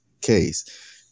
case